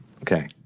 okay